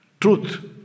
Truth